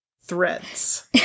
threads